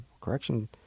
correction